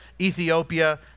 Ethiopia